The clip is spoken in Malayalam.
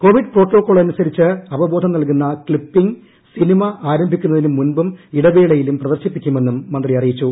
കോവിഡ് പ്രോട്ടോക്കോളുകളെക്കുറിച്ച് അവബോധം നൽകുന്ന ക്സിപ്പിംഗ് സിനിമ ആരംഭിക്കുന്നതിന് മുമ്പും ഇടവേളയിലും പ്രദർശിപ്പിക്കുമെന്നും മന്ത്രി അറിയിച്ചു